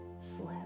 slip